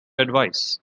advise